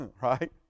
Right